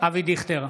אבי דיכטר,